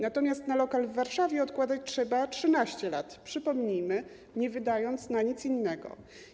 Natomiast na lokal w Warszawie odkładać trzeba 13 lat, przypomnijmy, nie wydając na nic innego.